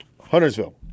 Huntersville